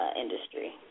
industry